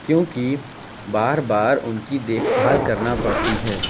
کیونکہ بار بار ان کی دیکھ بھال کرنا پڑتی ہے